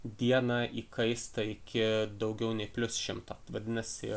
dieną įkaista iki daugiau nei plius šimto vadinasi